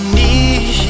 need